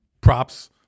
props